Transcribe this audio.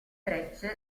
frecce